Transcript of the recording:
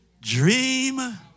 dream